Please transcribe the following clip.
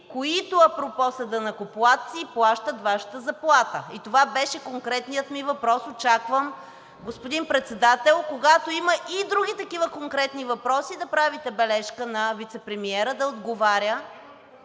които апропо са данъкоплатци и плащат Вашата заплата. И това беше конкретният ми въпрос. Очаквам, господин Председател, когато има и други такива конкретни въпроси, да правите бележка на вицепремиера да отговаря…